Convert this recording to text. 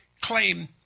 claim